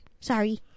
Sorry